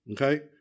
Okay